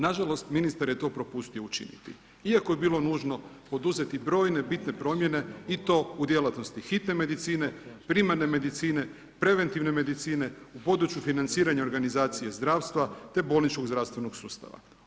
Nažalost, ministar je to propustio učiniti iako je bilo nužno poduzeti brojne promjene i to u djelatnosti hitne medicine, primarne medicine, preventivne medicine, u području financiranja organizacije zdravstva te bolničkog zdravstvenog sustava.